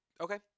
Okay